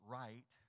right